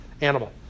animal